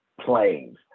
planes